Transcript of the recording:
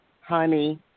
honey